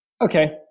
Okay